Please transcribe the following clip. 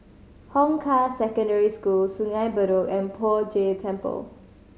Hong Kah Secondary School Sungei Bedok and Poh Jay Temple